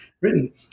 written